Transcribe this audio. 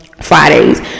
Fridays